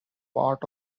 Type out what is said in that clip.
part